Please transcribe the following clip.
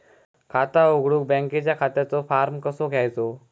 खाता उघडुक बँकेच्या खात्याचो फार्म कसो घ्यायचो?